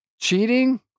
cheating